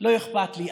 לא אכפת לי.